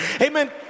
amen